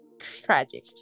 tragic